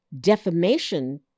defamation